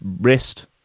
wrist